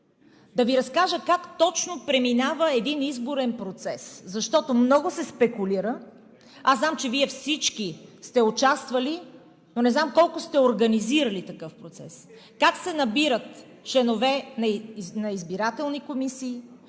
да Ви разкажа как точно преминава един изборен процес, защото много се спекулира. Аз знам, че Вие всички сте участвали, но не зная колко сте организирали такъв процес, как се набират членове на избирателни комисии,